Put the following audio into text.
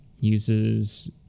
uses